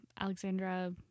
alexandra